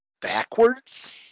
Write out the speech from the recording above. backwards